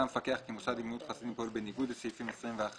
מצא המפקח כי מוסד לגמילות חסדים פועל בניגוד לסעיפים 21